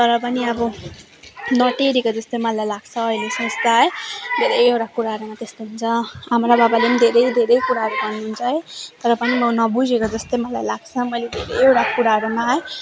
तर पनि अब नटेरेको जस्तो मलाई लाग्छ अहिले सोच्दा है धेरैवटा कुराहरूमा त्यस्तो हुन्छ आमा र बाबाले पनि धेरै धेरै कुराहरू भन्नुहुन्छ है तर पनि म नबुझेको जस्तै मलाई लाग्छ मैले धेरैवटा कुराहरूमा है